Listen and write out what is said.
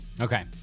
Okay